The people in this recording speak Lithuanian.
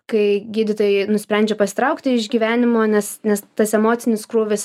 kai gydytojai nusprendžia pasitraukti iš gyvenimo nes nes tas emocinis krūvis